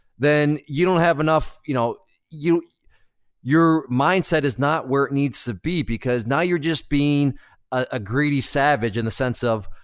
then you don't have enough, you know your mindset is not where it needs to be because now you're just being a greedy savage, in the sense of,